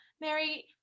Mary